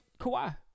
Kawhi